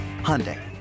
Hyundai